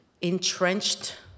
entrenched